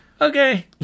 Okay